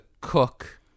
cook